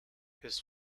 his